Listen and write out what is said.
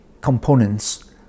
components